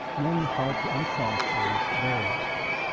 knowing how to unclog is very useful.